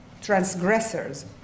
transgressors